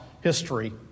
history